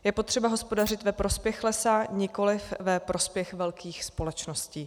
Je potřeba hospodařit ve prospěch lesa, nikoliv ve prospěch velkých společností.